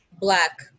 Black